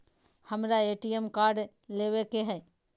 हमारा ATM card लेव के हई